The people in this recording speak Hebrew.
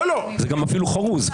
זה אפילו חרוז.